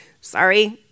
Sorry